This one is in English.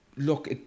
Look